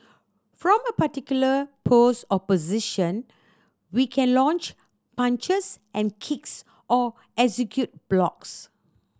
from a particular pose or position we can launch punches and kicks or execute blocks